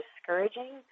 discouraging